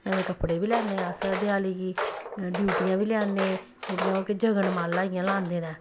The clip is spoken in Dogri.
नमें कपड़े बी लैन्ने अस देआली गी ड्यूटियां बी लेआने जेह्ड़ियां ओह् कि जगनमाला इ'यां लांदे न